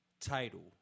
title